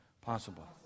Possible